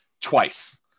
twice